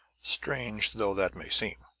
strange though that may seem.